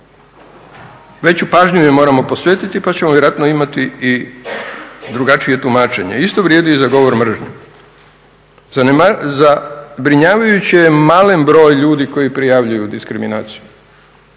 veću pažnju joj moramo posvetiti, pa ćemo vjerojatno imati i drugačije tumačenje. Isto vrijedi i za govor mržnje. Zabrinjavajući je malen broj ljudi koji prijavljuju diskriminaciju